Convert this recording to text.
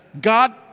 God